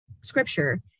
scripture